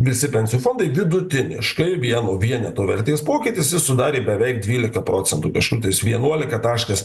visi pensijų fondai vidutiniškai vieno vieneto vertės pokytis jis sudarė beveik dvylika procentų kažkur tais vienuolika taškas